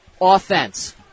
offense